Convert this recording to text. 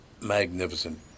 Magnificent